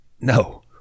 No